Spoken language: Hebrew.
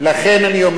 לכן אני אומר,